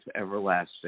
everlasting